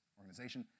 organization